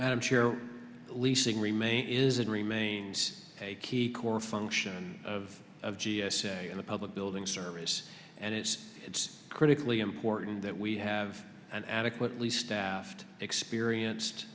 i'm sure leasing remain is and remains a key core function of of g s a and the public building service and it's it's critically important that we have an adequately staffed experienced